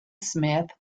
smith